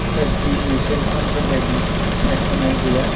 F D mutual फाण्डफोरबायदि सायख'नाय गैया